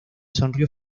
sonrió